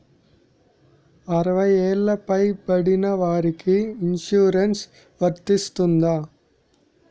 అరవై ఏళ్లు పై పడిన వారికి ఇన్సురెన్స్ వర్తిస్తుందా?